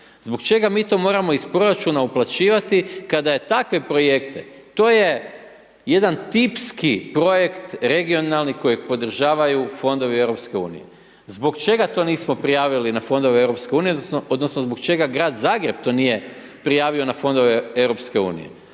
Zbog čega mi to moramo iz proračuna uplaćivati kada je takve projekte, to je jedan tipski projekt regionalni kojeg podržavaju fondovi EU. Zbog čega to nismo prijavili na fondove EU, odnosno zbog čega grad Zagreb to nije prijavio na fondove EU? Pa